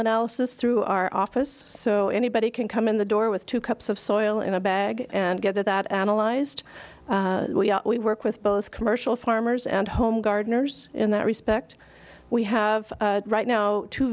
analysis through our office so anybody can come in the door with two cups of soil in a bag and get that analyzed we work with both commercial farmers and home gardeners in that respect we have right now two